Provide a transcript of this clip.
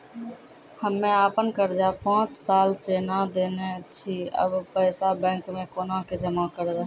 हम्मे आपन कर्जा पांच साल से न देने छी अब पैसा बैंक मे कोना के जमा करबै?